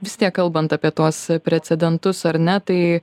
vis tiek kalbant apie tuos precedentus ar ne tai